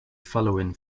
following